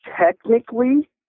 Technically